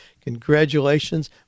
Congratulations